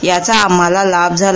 याचे आम्हाला लाभ झाला